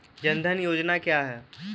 जनधन योजना क्या है?